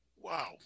Wow